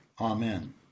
Amen